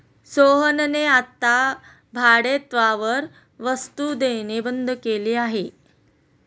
सोहनने आता भाडेतत्त्वावर वस्तु देणे बंद केले आहे